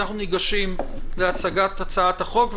אנחנו ניגשים להצגת הצעת החוק,